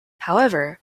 however